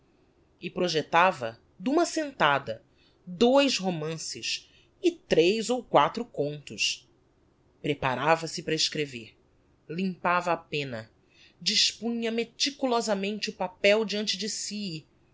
e projectava d'uma assentada dois romances e tres ou quatro contos preparava-se para escrever limpava a penna dispunha meticulosamente o papel deante de si